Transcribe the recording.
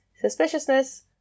suspiciousness